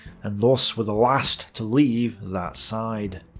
and thus were the last to leave that side.